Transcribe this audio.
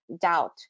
doubt